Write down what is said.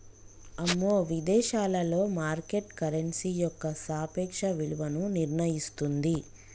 అమ్మో విదేశాలలో market currency యొక్క సాపేక్ష విలువను నిర్ణయిస్తుంది